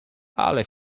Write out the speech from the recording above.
ale